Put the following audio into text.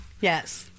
Yes